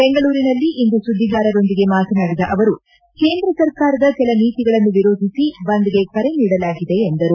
ಬೆಂಗಳೂರಿನಲ್ಲಿಂದು ಸುದ್ದಿಗಾರೊಂದಿಗೆ ಮಾತನಾಡಿದ ಅವರು ಕೇಂದ್ರ ಸರ್ಕಾರದ ಕೆಲ ನೀತಿಗಳನ್ನು ವಿರೋಧಿಸಿ ಬಂದ್ಗೆ ಕರೆ ನೀಡಲಾಗಿದೆ ಎಂದರು